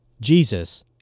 Jesus